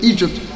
Egypt